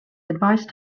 advice